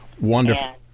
Wonderful